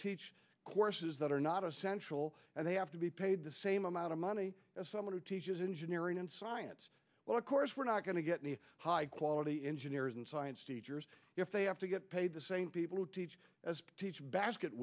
teach courses that are not essential and they have to be paid the same amount of money as someone who teaches engineering and science well of course we're not going to get any high quality engineers and science teachers if they have to get paid the same people who teach as teach basket